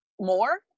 more